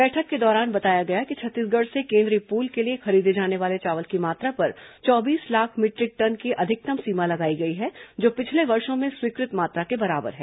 बैठक के दौरान बताया गया कि छत्तीसगढ़ से केंद्रीय पूल के लिए खरीदे जाने वाले चावल की मात्रा पर चौबीस लाख मीटरिक टन की अधिकतम सीमा लगाई गई है जो पिछले वर्षो में स्वीकृत मात्रा के बराबर है